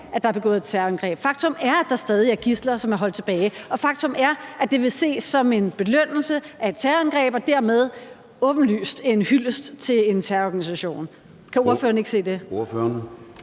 at der er begået terrorangreb; faktum er, at der stadig er gidsler, som er og tilbage; og faktum er, at det vil blive set som en belønning efter et terrorangreb og dermed åbenlyst en hyldest til en terrororganisation. Kan ordføreren ikke se det?